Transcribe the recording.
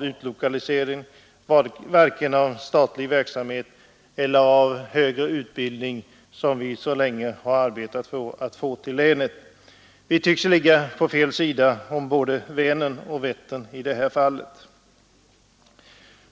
utlokaliserad statlig verksamhet eller högre utbildning, som vi så länge arbetat för att få till länet. Vi tycks ligga på fel sida om både Vättern och Vänern.